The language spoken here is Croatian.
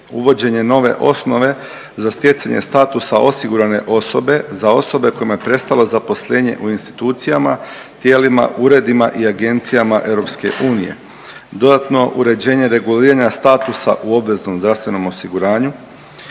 Uvođenje nove osnove za stjecanje statusa osigurane osobe za osobe kojima je prestalo zaposlenje u institucijama, tijelima, uredima i agencijama EU, dodatno uređenje reguliranja statusa u obveznom zdravstvenom osiguranju,